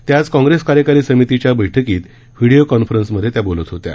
त्या आज काँग्रेस कार्यकारी समितीच्या बैठकीत व्हीडीओ कॉन्फरन्समधे त्या बोलत होत्या